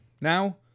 now